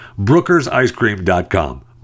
Brookersicecream.com